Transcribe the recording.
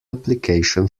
application